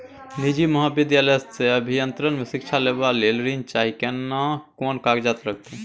निजी महाविद्यालय से अभियंत्रण मे शिक्षा लेबा ले ऋण चाही केना कोन कागजात लागतै?